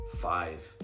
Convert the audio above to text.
five